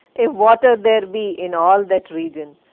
if water there be in all that region.